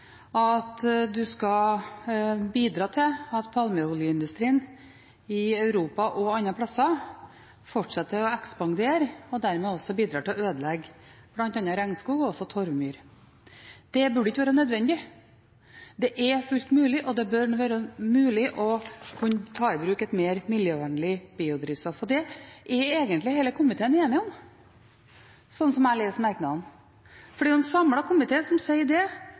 at man skal bidra til at palmeoljeindustrien i Europa og andre steder fortsetter å ekspandere og dermed også bidrar til å ødelegge bl.a. regnskog og torvmyr. Det burde ikke være nødvendig. Det er fullt mulig, og det bør være mulig, å ta i bruk et mer miljøvennlig biodrivstoff. Det er egentlig hele komiteen enig om, slik jeg leser merknadene, for det er jo en samlet komité som sier at det